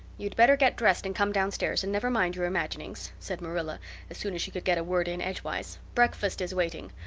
you'd better get dressed and come down-stairs and never mind your imaginings, said marilla as soon as she could get a word in edgewise. breakfast is waiting.